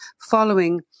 following